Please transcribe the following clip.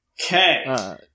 Okay